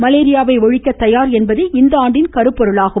மலேரியாவை ஒழிக்க தயார் என்பதே இந்த ஆண்டின் கருப்பொருளாகும்